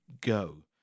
go